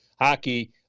hockey